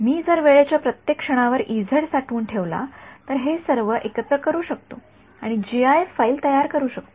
मी जर वेळेच्या प्रत्येक क्षणावरचा साठवून ठेवला तर हे सर्व एकत्र करू शकतो आणि जीआयएफ फाइल तयार करतो